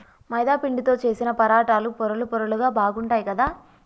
మైదా పిండితో చేశిన పరాటాలు పొరలు పొరలుగా బాగుంటాయ్ కదా